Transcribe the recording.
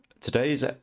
Today's